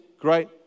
Great